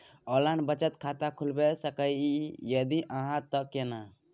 Online बचत खाता खुलै सकै इ, यदि हाँ त केना?